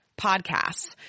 podcasts